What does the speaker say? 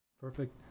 Perfect